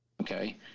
okay